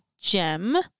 gem